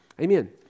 Amen